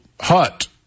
hut